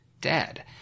dead